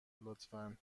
لطفا